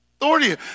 authority